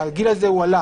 הגיל הזה הועלה,